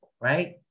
Right